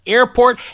Airport